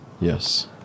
Yes